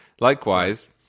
likewise